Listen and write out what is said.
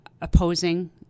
opposing